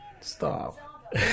Stop